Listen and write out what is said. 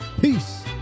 peace